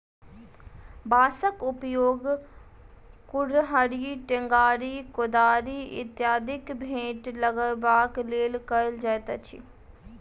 बाँसक उपयोग कुड़हड़ि, टेंगारी, कोदारि इत्यादिक बेंट लगयबाक लेल कयल जाइत अछि